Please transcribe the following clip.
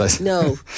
No